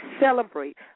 celebrate